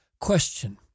question